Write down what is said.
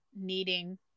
needing